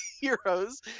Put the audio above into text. heroes